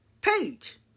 page